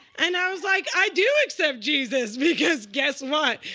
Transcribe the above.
and i was like, i do accept jesus. because guess what?